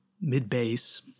mid-bass